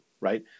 right